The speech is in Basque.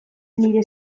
nire